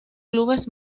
clubes